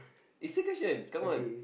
is still question come on